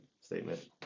statement